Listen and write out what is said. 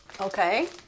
Okay